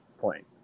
point